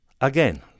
again